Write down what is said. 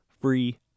free